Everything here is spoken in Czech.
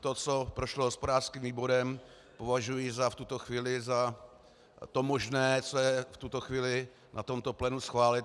to, co prošlo hospodářským výborem, považuji v tuto chvíli za to možné, co lze v tuto chvíli na tomto plénu schválit.